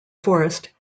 forest